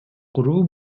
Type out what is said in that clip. куруу